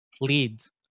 leads